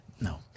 No